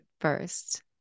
first